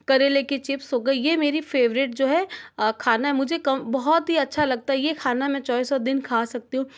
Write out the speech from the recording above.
करेले की चिप्स हो गई यह मेरी फ़ेवरेट जो है खाना मुझे कम बहुत ही अच्छा लगता है यह खाना में चौबीसों दिन खा सकती हूँ